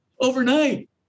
overnight